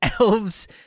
elves